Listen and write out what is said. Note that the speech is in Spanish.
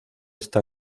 esta